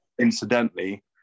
incidentally